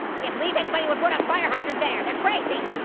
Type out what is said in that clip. can't believe anybody would put a fire hydrant there, that's crazy.